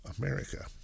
America